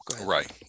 Right